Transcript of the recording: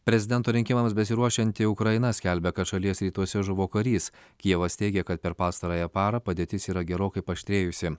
prezidento rinkimams besiruošianti ukraina skelbia kad šalies rytuose žuvo karys kijevas teigia kad per pastarąją parą padėtis yra gerokai paaštrėjusi